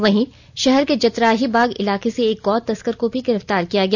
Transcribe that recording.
वहीं शहर के जतराहीबाग इलाके से एक गौ तस्कर को भी गिरफ़तार किया गया